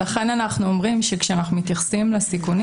לכן אנחנו אומרים שכשאנחנו מתייחסים לסיכונים